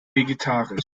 vegetarisch